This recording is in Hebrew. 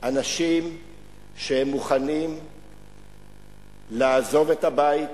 אנשים שמוכנים לעזוב את הבית,